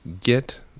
get